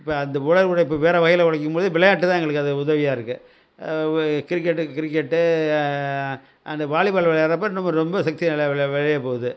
இப்போ அந்த உடல் உழைப்பு வேறு வகைகளில் உழைக்கும் பொழுது விளையாட்டு தான் எங்களுக்கு அது உதவியாக இருக்குது கிரிக்கெட்டு கிரிக்கெட்டு அந்த வாலிபாலு விளையாடுறப்ப இன்னுமும் ரொம்ப சக்தியாக நல்லா வெளியே போகுது